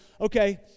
okay